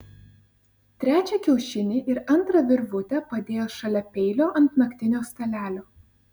trečią kiaušinį ir antrą virvutę padėjo šalia peilio ant naktinio stalelio